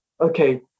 okay